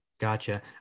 Gotcha